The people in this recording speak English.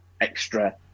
extra